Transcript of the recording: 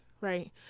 right